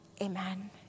amen